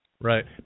Right